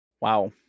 Wow